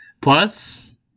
Plus